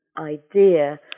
idea